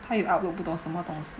还有 outlook 不懂什么东西